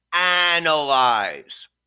Analyze